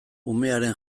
umearen